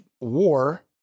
war